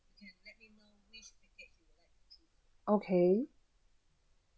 okay